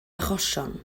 achosion